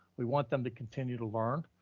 we want them to continue to learn,